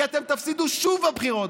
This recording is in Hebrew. כי אתם תפסידו שוב בבחירות,